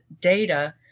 data